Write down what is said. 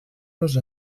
los